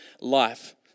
life